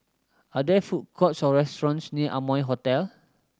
are there food courts or restaurants near Amoy Hotel